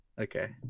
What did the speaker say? Okay